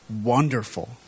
wonderful